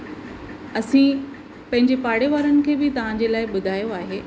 असीं पंहिंजे पाड़े वारनि खे बि तव्हांजे लाइ ॿुधायो आहे